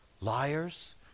liars